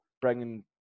bringing